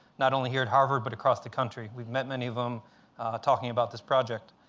not only here at harvard, but across the country. we've met many of them talking about this project.